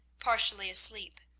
partially asleep.